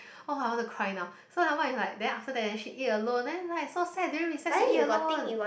!wah! I want to cry now so never mind is like then after that then she eat alone then is like so sad during recess you eat alone